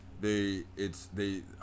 they—it's—they